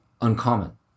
uncommon